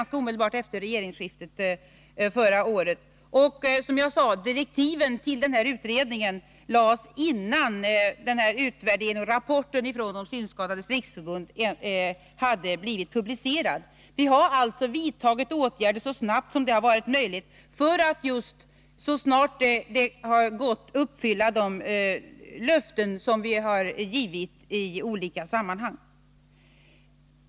Som jag sade lades direktiven för den utredningen fram innan rapporten från Synskadades riksförbund hade blivit publicerad. Vi har alltså vidtagit åtgärder så snabbt som det var möjligt för att uppfylla de löften som vi har givit i olika sammanhang.